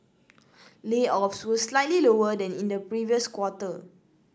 layoffs were slightly lower than in the previous quarter